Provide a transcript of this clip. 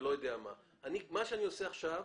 מה שאני עושה עכשיו,